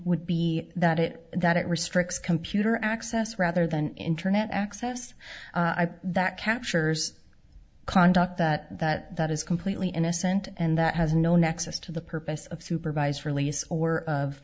would be that it that it restricts computer access rather than internet access that captures conduct that that is completely innocent and that has no nexus to the purpose of supervised release or of